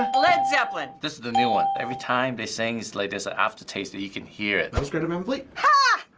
ah led zeppelin! that's the new one. every time they sing, it's like there's an aftertaste that you can hear it. that was greta van fleet. ha!